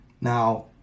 Now